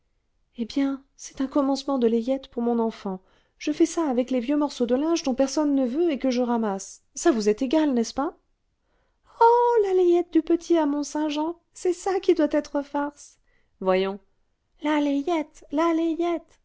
eh bien c'est un commencement de layette pour mon enfant je fais ça avec les vieux morceaux de linge dont personne ne veut et que je ramasse ça vous est égal n'est-ce pas oh la layette du petit à mont-saint-jean c'est ça qui doit être farce voyons la layette la